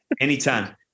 Anytime